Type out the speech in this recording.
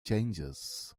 changes